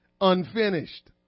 Unfinished